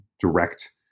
direct